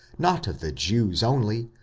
not of the jews only,